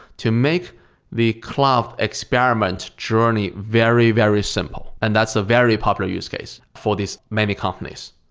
to make the cloud experiment journey very, very simple. and that's a very popular use case for these many companies.